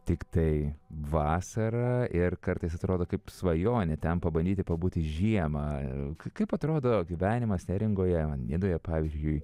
tiktai vasarą ir kartais atrodo kaip svajonė ten pabandyti pabūti žiemą kaip atrodo gyvenimas neringoje nidoje pavyzdžiui